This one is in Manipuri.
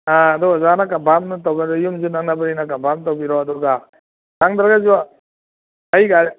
ꯑꯥ ꯑꯗꯨ ꯑꯣꯖꯥꯅ ꯀꯟꯐꯥꯝ ꯑꯃꯇ ꯇꯧꯕꯤꯔꯣ ꯌꯨꯝꯁꯨ ꯅꯛꯅꯕꯅꯤꯅ ꯀꯟꯐꯥꯝ ꯇꯧꯕꯤꯔꯣ ꯑꯗꯨꯒ ꯁꯪꯗ꯭ꯔꯒꯁꯨ ꯑꯩ ꯒꯥꯔꯤ